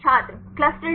छात्र ClustalW